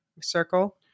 circle